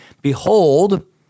Behold